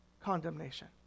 condemnation